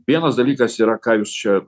vienas dalykas yra ką jūs čia